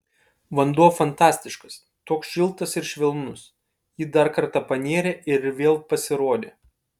vanduo fantastiškas toks šiltas ir švelnus ji dar kartą panėrė ir vėl pasirodė